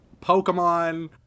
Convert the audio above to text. Pokemon